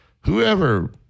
whoever